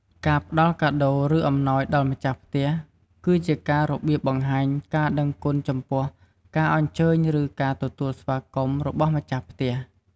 កាផ្តល់កាដូរ ឬអំណោយដល់ម្ចាស់ផ្ទះ គឺជាការរបៀបបង្ហាញការដឹងគុណចំពោះការអញ្ជើញឬការទទួលស្វាគមន៏របស់ម្ចាស់ផ្ទះ។